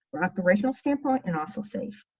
or operational standpoint, and also safe.